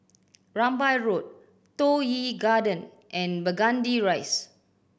Rambai Road Toh Yi Garden and Burgundy Rise